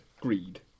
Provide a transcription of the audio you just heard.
Greed